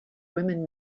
women